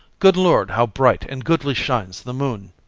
good lord, how bright and goodly shines the moon!